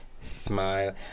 smile